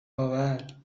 آور